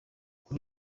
kuri